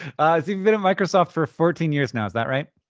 so you've been at microsoft for fourteen years now. is that right?